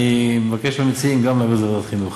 אני מבקש מהמציעים גם להעביר את זה לוועדת החינוך.